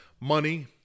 money